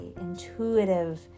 intuitive